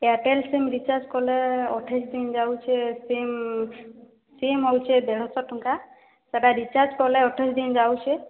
Airtel sim recharge କଲେ ଅଠେଇଶ ଦିନ୍ ଯାଉଛେ ସିମ୍ ସିମ୍ ହେଉଛେ ଦେଢ଼ଶହ ଟଙ୍କା ସେଟା ରିଚାର୍ଜ୍ କଲେ ଅଠେଇଶ ଦିନ୍ ଯାଉଛେ